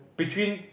between